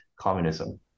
communism